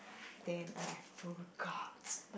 damn I forgot